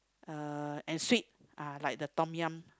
uh and sweet ah like the Tom-Yum